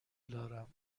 دارم